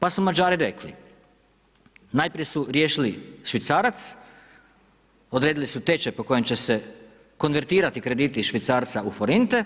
Pa su Mađari rekli, najprije su riješili švicarac, odredili su tečaj po kojem će se konvenirati krediti iz švicarca u forinte,